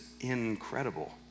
incredible